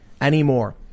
anymore